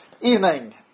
Evening